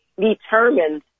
determined